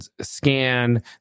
scan